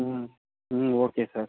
ம் ம் okay sir